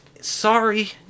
Sorry